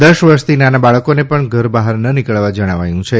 દસ વર્ષથી નાનાં બાળકોને પણ ઘર બહાર ન નીકળવા જણાવાયું છે